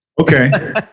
okay